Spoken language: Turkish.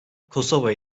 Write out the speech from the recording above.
kosova